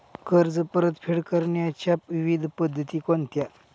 कर्ज परतफेड करण्याच्या विविध पद्धती कोणत्या?